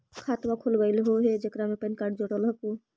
खातवा खोलवैलहो हे जेकरा मे पैन कार्ड जोड़ल हको?